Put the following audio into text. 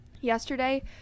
yesterday